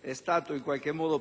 é stato